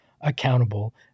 accountable